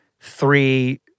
three